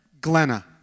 glenna